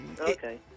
Okay